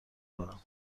کنم